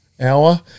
hour